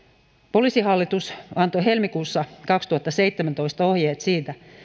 poliisihallitus antoi helmikuussa kaksituhattaseitsemäntoista ohjeet siitä